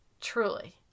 Truly